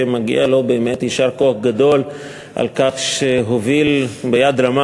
שמגיע לו יישר כוח גדול על כך שהוביל ביד רמה